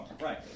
Right